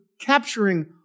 capturing